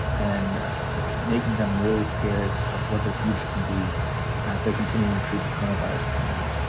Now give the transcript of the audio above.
and it's making them really scared of what their future can be as they're continuing to treat the coronavirus pandemic.